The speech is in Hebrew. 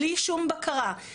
בלי שום בקרה,